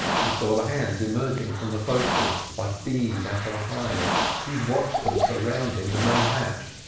he saw the hands emerging from the forecastle, like bees out of a hive he watched them surrounding the main-hatch.